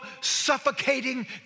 suffocating